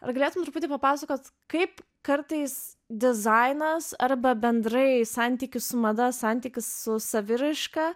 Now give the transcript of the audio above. ar galėtum truputį papasakot kaip kartais dizainas arba bendrai santykis su mada santykis su saviraiška